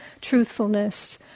truthfulness